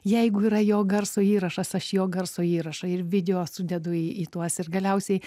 jeigu yra jo garso įrašas aš jo garso įrašą ir video sudedu į tuos ir galiausiai